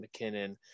McKinnon